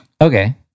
Okay